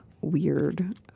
weird